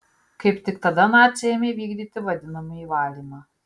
kaip tik tada naciai ėmė vykdyti vadinamąjį valymą